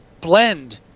blend